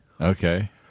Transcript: Okay